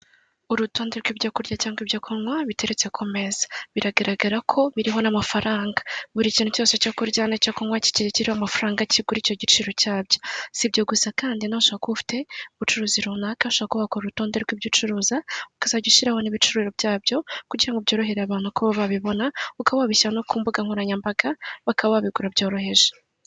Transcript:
Urutonde rw'ibyo kurya cyangwa ibyo kunywa biteretse ku meza biragaragara ko biriho n'amafaranga buri kintu cyose cyo kurya nicyo kunywa kigiye kiriho amafaranga akiguha icyo giciro cyabyo si ibyo gusa kandi nawe ushobora kuba ufite ubucuruzi runaka, urutonde rw'ibyo ucuruza ukazajya ushyiraho n'ibiciro byabyo kugira ngo byorohere abantu ko babibona ukaba wanabishyira no ku mbuga nkoranyambaga bakaba babigura byoroheje.